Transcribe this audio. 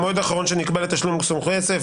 המועד האחרון שנקבע לתשלום סכום כסף,